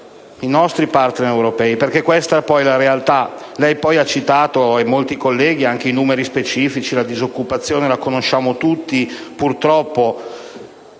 i nostri *partner* europei, perché questa poi è la realtà. Lei inoltre ha citato, come molti colleghi, anche i numeri specifici. La disoccupazione la conosciamo tutti, purtroppo.